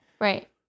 Right